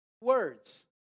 words